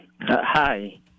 Hi